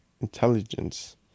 intelligence